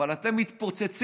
אבל אתם מתפוצצים.